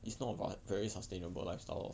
it's not about very sustainable lifestyle lor